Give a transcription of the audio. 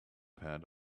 pad